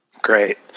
Great